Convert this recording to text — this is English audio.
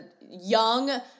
young